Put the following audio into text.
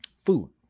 food